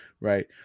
right